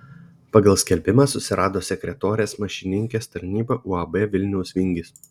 pagal skelbimą susirado sekretorės mašininkės tarnybą uab vilniaus vingis